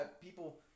people –